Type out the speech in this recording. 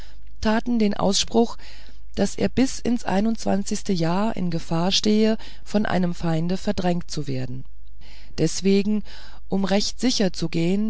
taten den ausspruch daß er bis ins zweiundzwanzigste jahr in gefahr stehe von einem feinde verdrängt zu werden deswegen um recht sicher zu gehen